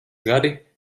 gadi